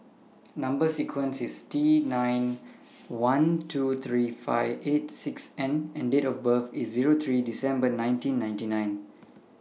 Number sequence IS T nine one two three five eight six N and Date of birth IS Zero three December nineteen ninety nine